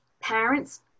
parents